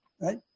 right